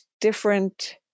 different